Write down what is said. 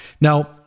Now